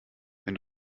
wenn